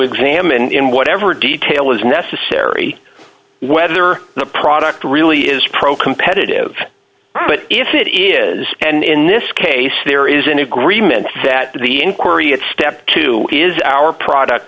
examine in whatever detail is necessary whether the product really is pro competitive but if it is and in this case there is an agreement that the inquiry at step two is our product